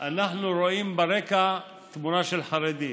אנחנו רואים ברקע תמונה של חרדי,